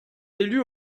élus